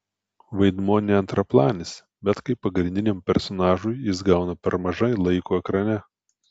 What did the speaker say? vaidmuo ne antraplanis bet kaip pagrindiniam personažui jis gauna per mažai laiko ekrane